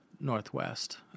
Northwest